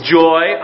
joy